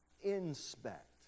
inspect